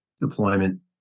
deployment